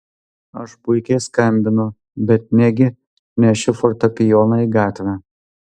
aš puikiai skambinu bet negi nešiu fortepijoną į gatvę